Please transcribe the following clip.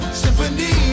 symphony